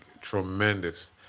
tremendous